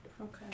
Okay